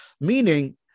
Meaning